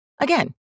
Again